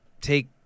take